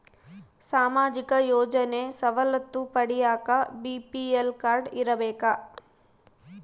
ಸಾಮಾಜಿಕ ಯೋಜನೆ ಸವಲತ್ತು ಪಡಿಯಾಕ ಬಿ.ಪಿ.ಎಲ್ ಕಾಡ್೯ ಇರಬೇಕಾ?